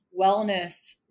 wellness